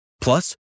Plus